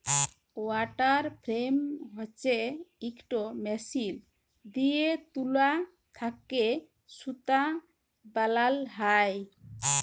water frame হছে ইকট machine দিঁয়ে তুলা থ্যাকে সুতা বালাল হ্যয়